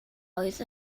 oedd